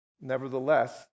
Nevertheless